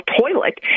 toilet